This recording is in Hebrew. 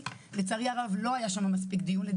לצערי הרב לא היה שם מספיק דיון.